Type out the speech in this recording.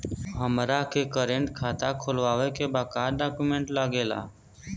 हमारा के करेंट खाता खोले के बा का डॉक्यूमेंट लागेला?